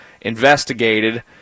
investigated